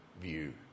view